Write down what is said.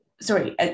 sorry